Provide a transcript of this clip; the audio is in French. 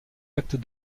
actes